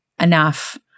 enough